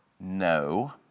no